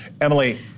emily